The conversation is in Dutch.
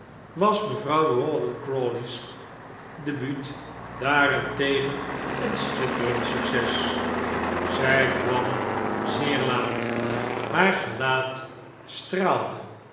was mevrouw rawdon crawley's debut daarentegen een schitterend succes zij kwam zeer laat haar gelaat straalde